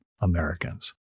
Americans